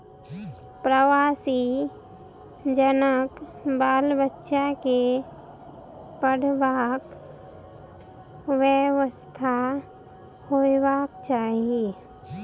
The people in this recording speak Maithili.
प्रवासी जनक बाल बच्चा के पढ़बाक व्यवस्था होयबाक चाही